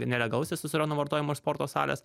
nelegalaus testosterono vartojimo iš sporto salės